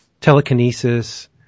Telekinesis